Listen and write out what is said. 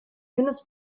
guinness